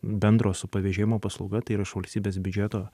bendro su pavėžėjimo paslauga tai yra iš valstybės biudžeto